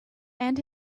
and